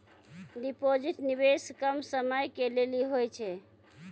Deposit निवेश कम समय के लेली होय छै?